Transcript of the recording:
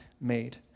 made